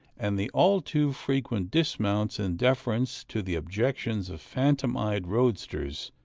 and the all too frequent dismounts in deference to the objections of phantom-eyed roadsters,